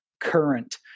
current